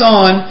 on